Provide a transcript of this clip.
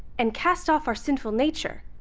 and cast off our sinful nature.